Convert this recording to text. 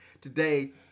today